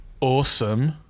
Awesome